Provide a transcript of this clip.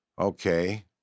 okay